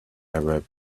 arab